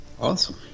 Awesome